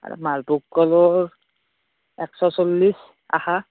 আৰু মালভোগ কলৰ একশ চল্লিছ আষা